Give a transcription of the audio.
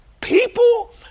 people